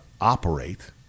operate